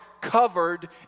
covered